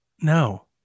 No